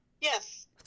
Yes